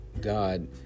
God